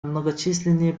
многочисленные